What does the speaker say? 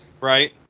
right